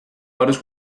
varios